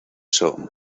son